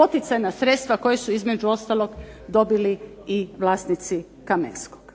poticajna sredstva koja su između ostalog dobili i vlasnici Kamenskog.